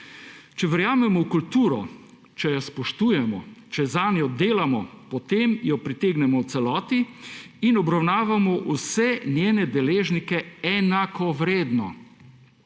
Če verjamemo v kulturo, če jo spoštujemo, če zanjo delamo, potem jo pritegnemo v celoti in obravnavamo vse njene deležnike enakovredno.